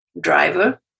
driver